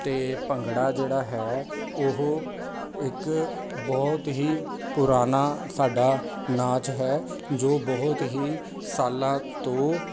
ਅਤੇ ਭੰਗੜਾ ਜਿਹੜਾ ਹੈ ਉਹ ਇੱਕ ਬਹੁਤ ਹੀ ਪੁਰਾਣਾ ਸਾਡਾ ਨਾਚ ਹੈ ਜੋ ਬਹੁਤ ਹੀ ਸਾਲਾਂ ਤੋਂ